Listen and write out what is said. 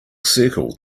circle